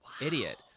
Idiot